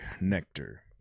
nectar